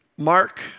Mark